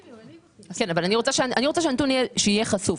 כן, אבל אני רוצה שהנתון יהיה חשוף.